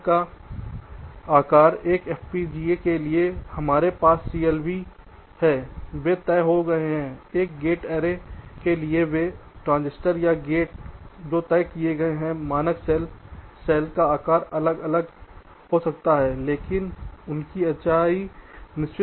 cell का आकार एक एफपीजीए के लिए हमारे पास सीएलबी हैं वे तय हो गए हैं एक गेट ऐरे के लिए वे ट्रांजिस्टर या गेट जो तय किए गए हैं मानक सेल सेल का आकार अलग अलग हो सकता है लेकिन उनकी ऊँचाई निश्चित होती है